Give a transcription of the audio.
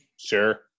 sure